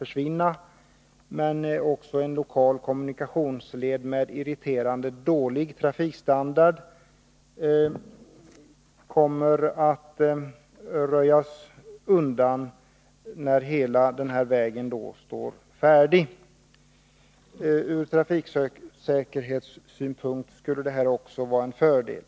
Dessutom kommer problemen med denna lokala kommunikationsled och dess irriterande dåliga trafikstandard att undanröjas när hela sträckan står färdig. Också ur trafiksäkerhetssynpunkt skulle detta vara till fördel.